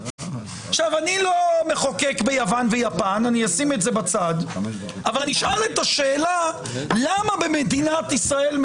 אני לא מחוקק ביוון ויפן אבל אשאל מדוע במדינת ישראל,